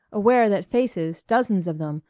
aware that faces, dozens of them,